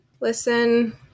Listen